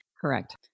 Correct